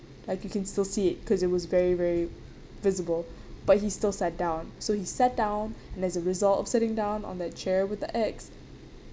like you can still see it because it was very very visible but he still sat down so he sat down and as a result of sitting down on that chair with the X